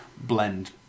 blend